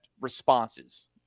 responses